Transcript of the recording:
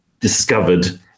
discovered